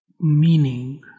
meaning